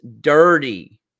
dirty